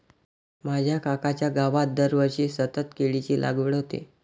माझ्या काकांच्या गावात दरवर्षी सतत केळीची लागवड होते